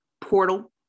portal